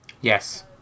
Yes